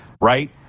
Right